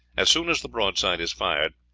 as soon as the broadside is fired,